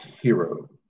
hero